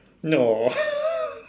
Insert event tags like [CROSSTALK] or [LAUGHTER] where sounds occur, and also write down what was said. !aww! [LAUGHS]